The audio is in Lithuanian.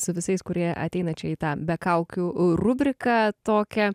su visais kurie ateina čia į tą be kaukių rubriką tokią